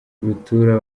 rutura